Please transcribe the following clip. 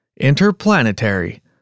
Interplanetary